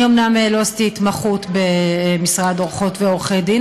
אומנם לא עשיתי התמחות במשרד עורכות ועורכי דין,